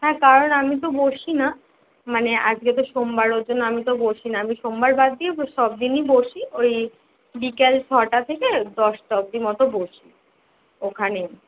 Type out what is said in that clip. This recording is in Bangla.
হ্যাঁ কারণ আমি তো বসছি না মানে আজকে তো সোমবার ওই জন্য আমি তো বসি না আমি সোমবারে বাদ দিয়ে সব দিনই বসি ওই বিকেল ছটা থেকে দশটা অব্দি মতো বসি ওখানে